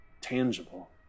tangible